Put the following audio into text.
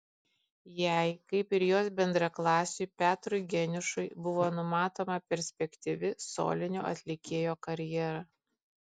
jai kaip ir jos bendraklasiui petrui geniušui buvo numatoma perspektyvi solinio atlikėjo karjera